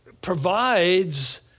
provides